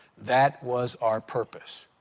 that was our purpose.